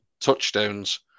touchdowns